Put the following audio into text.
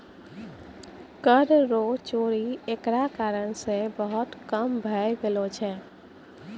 कर रो चोरी एकरा कारण से बहुत कम भै गेलो छै